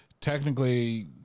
technically